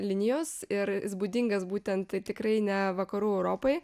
linijos ir būdingas būtent tikrai ne vakarų europai